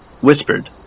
Whispered